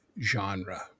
genre